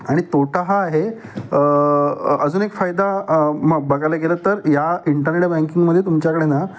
आणि तोटा हा आहे अजून एक फायदा म बघायला गेलं तर या इंटरनेट बँकिंगमध्ये तुमच्याकडे ना